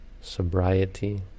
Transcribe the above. sobriety